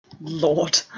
Lord